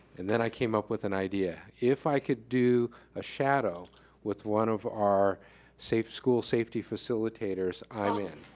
and then i came up with an idea. if i could do a shadow with one of our safe schools safety facilitators, i'm in,